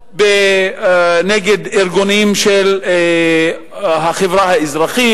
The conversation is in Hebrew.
לא נגד ארגונים של החברה האזרחית.